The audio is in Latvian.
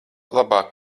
labāk